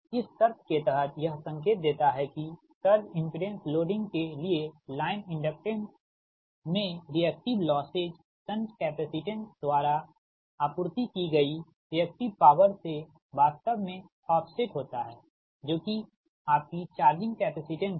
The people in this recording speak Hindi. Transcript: इस शर्त के तहत यह संकेत देता है कि सर्ज इमपिडेंस लोडिंग के लिए लाइन इंडक्टेंस में रिएक्टिव लौसेज शंट कैपेसिटेंस द्वारा आपूर्ति की गई रिएक्टिव पॉवर से वास्तव में ऑफ सेट होता है जो कि आपकी चार्जिंग कैपेसिटेंस है